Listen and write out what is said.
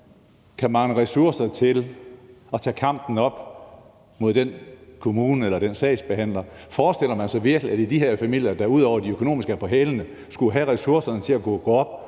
kan mangle ressourcer til at tage kampen op mod en kommune eller en sagsbehandler. Forestiller man sig virkelig, at de her familier, der ud over at de økonomisk er på hælene, skulle have ressourcerne til at kunne gå op